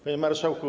Panie Marszałku!